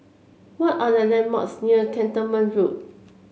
what are the landmarks near Cantonment Road